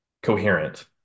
coherent